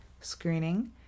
screening